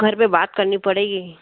घर में बात करनी पड़ेगी